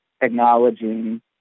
acknowledging